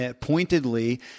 pointedly